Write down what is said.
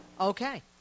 Okay